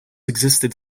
existed